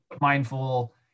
mindful